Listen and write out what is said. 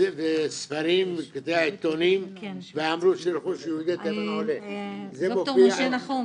וספרים ועיתונים ואמרו שהרכוש של יהודי תימן עולה --- ד"ר משה נחום,